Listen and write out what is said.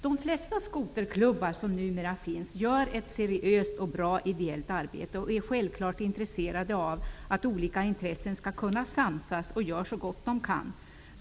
De flesta skoterklubbar som numera finns gör ett seriöst och bra ideellt arbete. De är självklart intresserade av att olika intressen skall kunna samsas och gör så gott de kan.